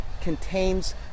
contains